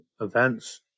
events